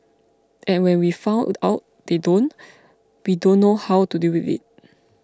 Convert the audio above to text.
and when we found out they don't we don't know how to deal with it